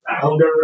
founder